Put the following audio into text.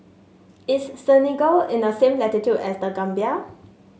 is Senegal in the same latitude as The Gambia